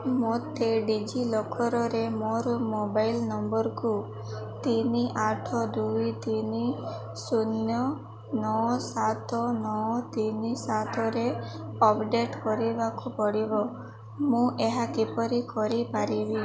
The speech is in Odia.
ମୋତେ ଡି ଜି ଲକର୍ରେ ମୋର ମୋବାଇଲ ନମ୍ବରକୁ ତିନି ଆଠ ଦୁଇ ତିନି ଶୂନ୍ୟ ନଅ ସାତ ନଅ ତିନି ସାତରେ ଅପଡ଼େଟ୍ କରିବାକୁ ପଡ଼ିବ ମୁଁ ଏହା କିପରି କରିପାରିବି